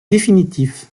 définitif